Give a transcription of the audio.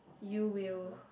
you will